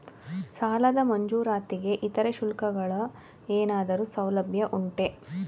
ಸಾಲದ ಮಂಜೂರಾತಿಗೆ ಇತರೆ ಶುಲ್ಕಗಳ ಏನಾದರೂ ಸೌಲಭ್ಯ ಉಂಟೆ?